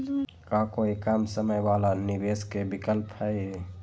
का कोई कम समय वाला निवेस के विकल्प हई?